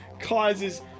causes